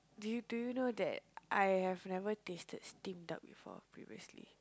do you do you know that I have never tasted steamed duck before previously